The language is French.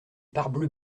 parbleu